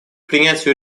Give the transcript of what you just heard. принятию